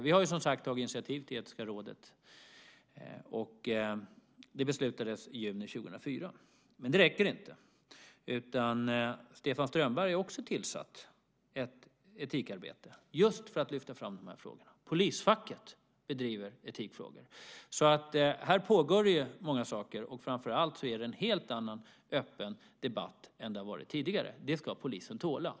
Vi har, som sagt, tagit initiativ till det etiska rådet - det beslutades i juni 2004. Men det räcker inte. Stefan Strömberg har också tillsatt ett etikarbete, just för att lyfta fram de här frågorna. Polisfacket driver etikfrågor. Här pågår många saker. Framför allt är det en helt annan, öppen, debatt än det har varit tidigare. Det ska polisen tåla.